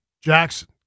Jackson